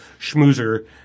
schmoozer